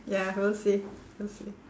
ya we'll see we'll see